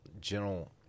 general